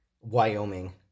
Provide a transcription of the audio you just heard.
Wyoming